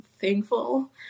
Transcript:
thankful